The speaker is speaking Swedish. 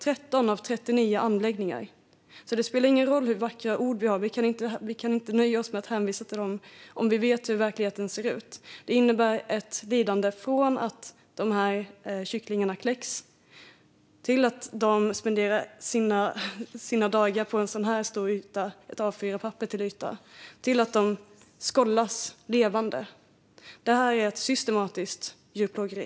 Det spelar alltså ingen roll hur vackra ord vi använder; vi kan inte nöja oss med att hänvisa till dem om vi vet hur verkligheten ser ut. Den innebär ett lidande från att dessa kycklingar kläcks till att de spenderar sina dagar på en yta stor som ett A4-papper och till att de skållas levande. Det är ett systematiskt djurplågeri.